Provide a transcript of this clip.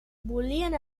volien